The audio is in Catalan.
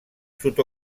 sud